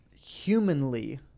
humanly